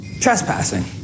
Trespassing